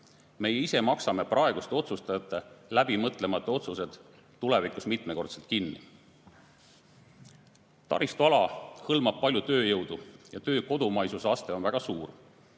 Meie ise maksame praeguste otsustajate läbimõtlemata otsused tulevikus mitmekordselt kinni. Taristuala hõlmab palju tööjõudu ja töö kodumaisuse aste on seal väga suur.